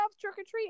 trick-or-treat